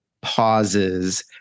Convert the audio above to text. pauses